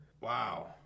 Wow